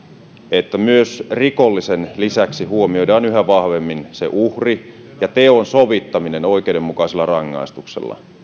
että rikollisen lisäksi huomioidaan yhä vahvemmin uhri ja teon sovittaminen oikeudenmukaisella rangaistuksella